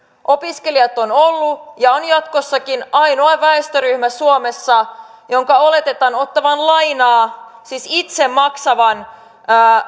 opiskelijat on ollut ja on jatkossakin ainoa väestöryhmä suomessa jonka oletetaan ottavan lainaa siis itse maksavan